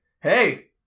hey